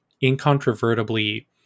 incontrovertibly